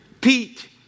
Pete